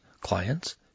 clients